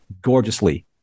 gorgeously